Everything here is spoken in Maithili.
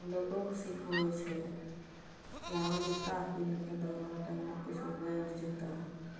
लोगोके सिखबै छै कि हँ जुत्ता पिन्हके दौड़ऽ टाँगमे किछो गरि जेतऽ